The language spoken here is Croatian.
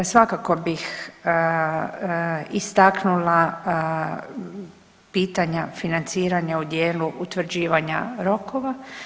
Svakako bih istaknula pitanja financiranja u dijelu utvrđivanja rokova.